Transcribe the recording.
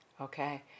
okay